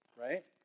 right